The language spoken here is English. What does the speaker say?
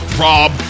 Rob